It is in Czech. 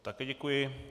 Taky děkuji.